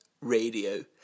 Radio